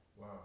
Wow